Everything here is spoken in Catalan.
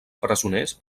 presoners